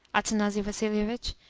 athanasi vassilievitch?